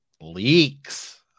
leaks